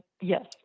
yes